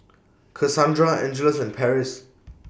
Casandra Angeles and Patrice